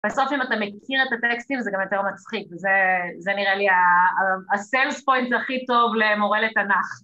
בסוף אם אתה מכיר את הטקסטים זה גם יותר מצחיק, וזה נראה לי הסלס פוינט הכי טוב למורה לתנך.